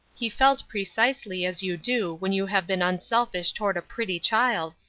he felt precisely as you do when you have been unselfish toward a pretty child,